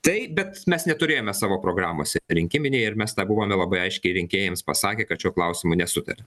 tai bet mes neturėjome savo programose rinkiminiai ir mes tą buvome labai aiškiai rinkėjams pasakę kad šiuo klausimu nesutaria